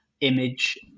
image